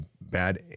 bad